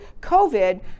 COVID